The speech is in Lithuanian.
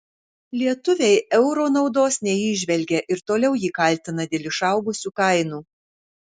lietuviai euro naudos neįžvelgia ir toliau jį kaltina dėl išaugusių kainų